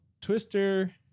Twister